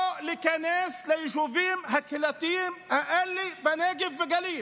לא להיכנס ליישובים הקהילתיים האלה בנגב ובגליל.